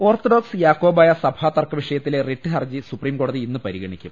ഓർത്ത ഡോക്സ് യാക്കോ ബായ സഭാ തർക്ക വിഷയത്തിലെ റിട്ട് ഹർജി സുപ്രീംകോടതി ഇന്ന് പരിഗണിക്കും